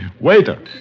Waiter